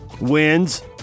Wins